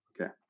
okay